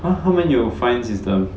!huh! 他们有 fine system